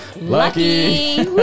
lucky